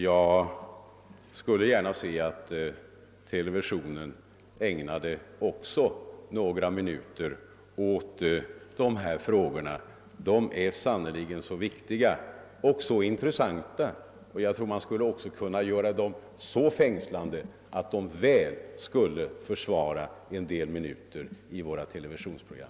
Jag skulle gärna se att televisionen ägnade några minuter också åt dessa frågor. De är sannerligen så viktiga och så intressanta, och jag tror att man också skulle kunna göra dem så fängslande, att de väl skulle försvara sin plats i våra televisionsprogram.